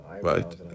right